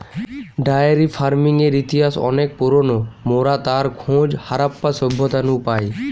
diary ফার্মিংয়ের ইতিহাস অনেক পুরোনো, মোরা তার খোঁজ হারাপ্পা সভ্যতা নু পাই